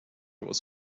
was